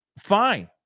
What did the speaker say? Fine